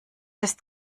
ist